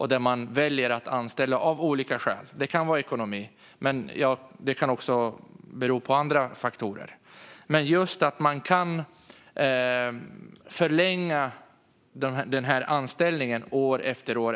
I stället väljer man av olika skäl - det kan vara ekonomiska eller andra faktorer - att förlänga anställningen år efter år.